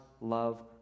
love